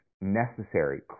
necessary